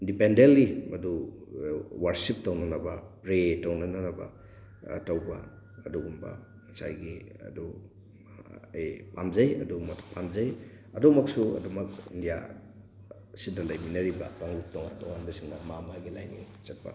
independently ꯃꯗꯨ worship ꯇꯧꯅꯅꯕ ꯄ꯭ꯔꯦ ꯇꯧꯅꯅꯕ ꯇꯧꯕ ꯑꯗꯨꯒꯨꯝꯕ ꯉꯁꯥꯏꯒꯤ ꯑꯗꯨ ꯑꯩ ꯄꯥꯝꯖꯩ ꯑꯗꯨꯃ ꯄꯥꯝꯖꯩ ꯑꯗꯨꯃꯛꯁꯨ ꯑꯗꯨꯃꯛ ꯏꯟꯗꯤꯌꯥꯁꯤꯗ ꯂꯩꯃꯤꯟꯅꯔꯤꯕ ꯀꯥꯡꯂꯨꯞ ꯇꯣꯉꯥꯟ ꯇꯣꯉꯥꯟꯕꯁꯤꯡꯅ ꯃꯥ ꯃꯥꯒꯤ ꯂꯥꯏꯅꯤꯡ ꯆꯠꯄ